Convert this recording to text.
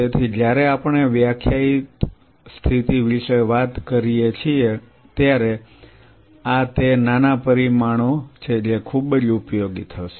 તેથી જ્યારે આપણે વ્યાખ્યાયિત સ્થિતિ વિશે વાત કરીએ છીએ ત્યારે આ તે નાના પરિમાણો છે જે ખૂબ જ ઉપયોગી થશે